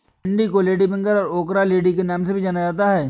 भिन्डी को लेडीफिंगर और ओकरालेडी के नाम से भी जाना जाता है